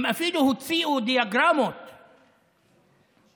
הם אפילו הוציאו דיאגרמות, כן?